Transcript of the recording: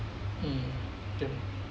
mm yup